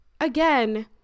Again